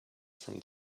from